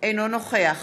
אינו נוכח